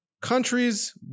Countries